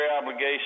obligation